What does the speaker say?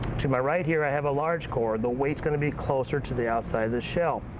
to my right here i have a large core, the weight's going to be closer to the outside of the shell.